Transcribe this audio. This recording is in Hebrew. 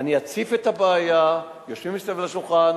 אני אציף את הבעיה, יושבים מסביב לשולחן,